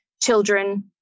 children